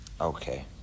Okay